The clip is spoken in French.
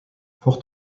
fort